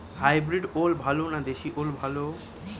Hybrid ওল ভালো না দেশী ওল ভাল?